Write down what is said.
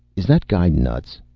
is that guy nuts?